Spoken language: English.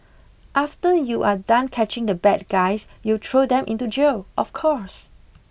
after you are done catching the bad guys you throw them into jail of course